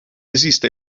esiste